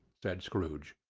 said scrooge.